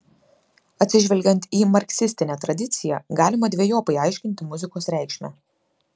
atsižvelgiant į marksistinę tradiciją galima dvejopai aiškinti muzikos reikšmę